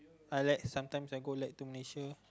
I like sometimes I go like to Malaysia